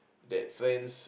that friends